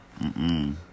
Mm-mm